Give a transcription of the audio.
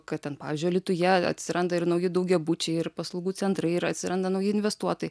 kad ten pavyzdžiui alytuje atsiranda ir nauji daugiabučiai ir paslaugų centrai ir atsiranda nauji investuotojai